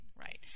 Right